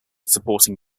supporting